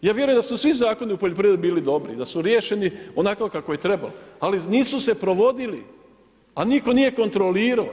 Ja vjerujem da su svi zakoni u poljoprivredi bili dobri i da su riješeni onako kako je trebalo ali nisu se provodili a nitko nije kontrolirao.